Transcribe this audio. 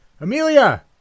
Amelia